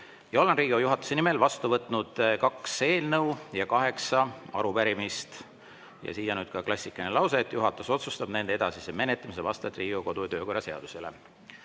Olen Riigikogu juhatuse nimel vastu võtnud kaks eelnõu ja kaheksa arupärimist. Ja nüüd ka klassikaline lause: juhatus otsustab nende edasise menetlemise vastavalt Riigikogu kodu‑ ja töökorra seadusele.